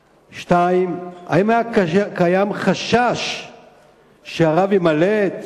2. האם היה חשש שהרב יימלט,